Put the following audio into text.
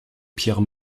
pierre